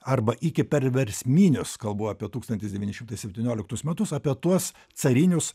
arba iki perversminius kalbu apie tūkstantis devyni šimtai septynioliktus metus apie tuos carinius